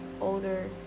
older